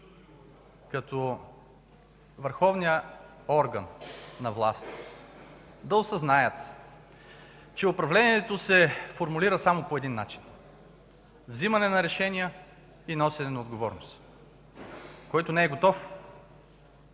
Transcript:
като върховен орган на власт, да осъзнаят, че управлението се формулира само по един начин – вземане на решения и носене на отговорност. Който не е готов,